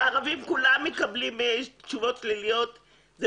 כל הערבים מקבלים תשובות שליליות וזה